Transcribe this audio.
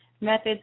methods